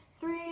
three